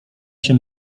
się